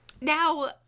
Now